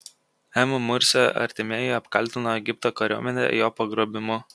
m mursio artimieji apkaltino egipto kariuomenę jo pagrobimu